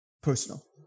personal